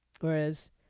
Whereas